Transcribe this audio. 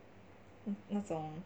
那种